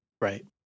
Right